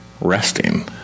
resting